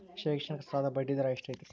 ಶೈಕ್ಷಣಿಕ ಸಾಲದ ಬಡ್ಡಿ ದರ ಎಷ್ಟು ಐತ್ರಿ?